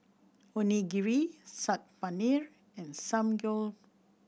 Onigiri Saag Paneer and